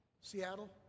Seattle